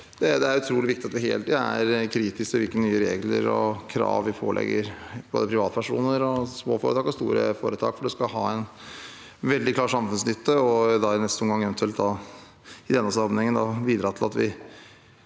Det er utrolig viktig at vi hele tiden er kritiske til hvilke nye regler og krav vi pålegger både privatpersoner, små foretak og store foretak. Det skal ha en veldig klar samfunnsnytte og i neste omgang eventuelt – i denne sammenhengen –